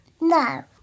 No